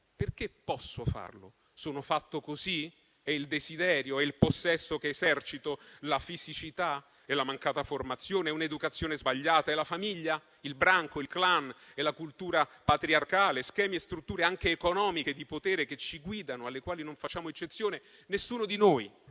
Perché posso farlo? Sono fatto così? È il desiderio? È il possesso che esercito? La fisicità? È la mancata formazione? È un'educazione sbagliata? È la famiglia, il branco, il clan? È la cultura patriarcale? Schemi e strutture, anche economiche e di potere, che ci guidano e alle quali non facciamo eccezione, nessuno di noi?